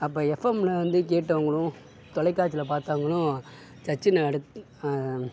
அப்போ எஃப்எம்மில் வந்து கேட்டவுங்களும் தொலைக்காட்சியில் பார்த்தவுங்களும் சச்சினை அடுத்து